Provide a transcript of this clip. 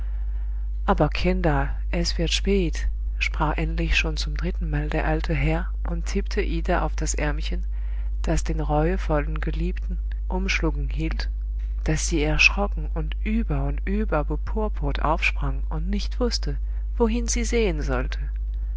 aber kinder es wird spät sprach endlich schon zum drittenmal der alte herr und tippte ida auf das ärmchen das den reuevollen geliebten umschlungen hielt daß sie erschrocken und über und über bepurpurt aufsprang und nicht wußte wohin sie sehen sollte